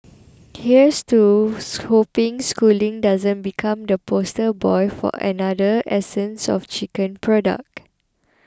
here's to hoping schooling doesn't become the poster boy for another 'essence of chicken' product